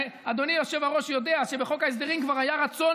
אדוני היושב-ראש יודע שבחוק ההסדרים כבר היה רצון